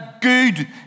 good